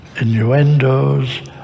innuendos